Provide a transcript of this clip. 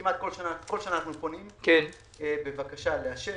כל שנה אנחנו פונים בבקשה לאשר.